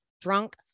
drunk